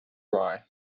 rye